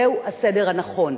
זהו הסדר הנכון.